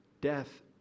Death